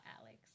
alex